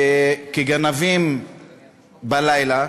כגנבים בלילה,